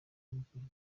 solution